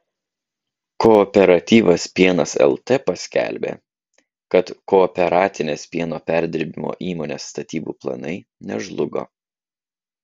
kooperatyvas pienas lt paskelbė kad kooperatinės pieno perdirbimo įmonės statybų planai nežlugo